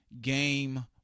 game